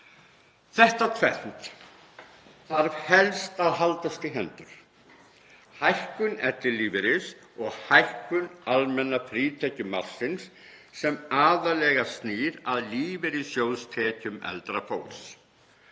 Þetta tvennt þarf helst að haldast í hendur; hækkun ellilífeyris og hækkun almenna frítekjumarksins sem aðallega snýr að lífeyrissjóðstekjum eldra fólks.